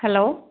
hello